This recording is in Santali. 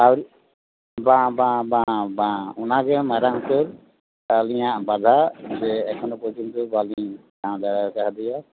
ᱟᱨ ᱵᱟᱝ ᱵᱟᱝ ᱵᱟᱝ ᱵᱟᱝ ᱵᱟᱝ ᱚᱱᱟ ᱜᱮ ᱢᱟᱨᱟᱝ ᱩᱛᱟᱹᱨ ᱟᱹᱞᱤᱧᱟᱜ ᱵᱟᱫᱷᱟ ᱡᱮ ᱮᱠᱷᱚᱱᱚ ᱯᱚᱨᱡᱚᱱᱛᱚ ᱵᱟᱹᱞᱤᱧ ᱴᱷᱟᱹᱶ ᱫᱟᱲᱮ ᱟᱠᱟᱫᱮᱭᱟ